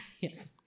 Yes